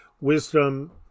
wisdom